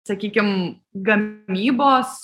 sakykim gamybos